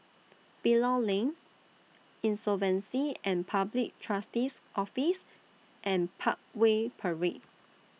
Bilal Lane Insolvency and Public Trustee's Office and Parkway Parade